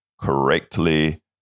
correctly